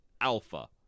alpha